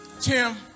Tim